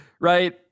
right